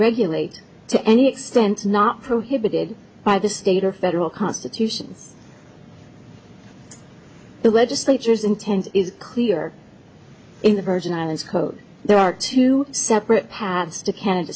regulate to any extent not prohibited by the state or federal constitutions the legislatures intent is clear in the virgin islands code there are two separate paths to canada